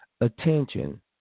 attention